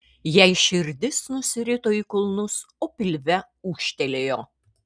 jai širdis nusirito į kulnus o pilve ūžtelėjo